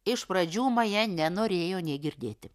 iš pradžių maja nenorėjo nė girdėti